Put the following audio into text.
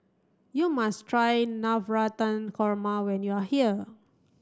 you must try Navratan Korma when you are here